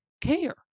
care